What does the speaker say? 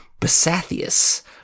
Basathius